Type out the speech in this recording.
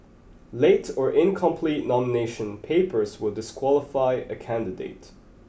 late or incomplete nomination papers will disqualify a candidate